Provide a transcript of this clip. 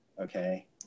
Okay